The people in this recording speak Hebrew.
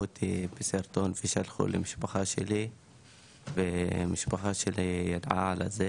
אותי בסרטון ושלחו למשפחה שלי והמשפחה שלי ידעה על זה